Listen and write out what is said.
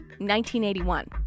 1981